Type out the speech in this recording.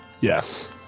Yes